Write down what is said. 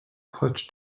clutch